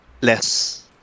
less